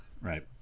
right